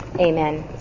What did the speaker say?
Amen